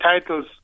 titles